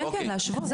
להשוות.